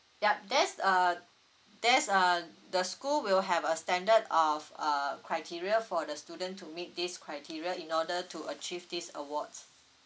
yup there's a there's a the school will have a standard of uh criteria for the student to meet this criteria in order to achieve these awards